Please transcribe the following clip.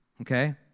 okay